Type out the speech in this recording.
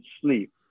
sleep